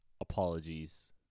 Apologies